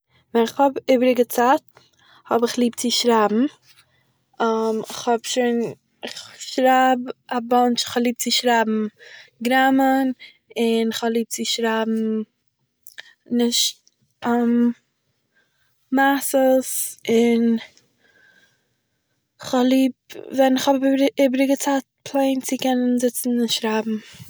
ווען כ'האב איבעריגע צייט האב איך ליב צו שרייבן, איך האב שוין- איך שרייב א באנטש, איך האב ליב צו שרייבן גראמען, און איך האב ליב צו שרייבן נישט מעשיות און כ'האב ליב ווען איך האב איב- איבעריגע צייט פלעין צו זיצן און שרייבן